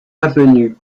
avenue